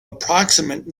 approximate